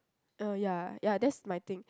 uh ya ya that's my thing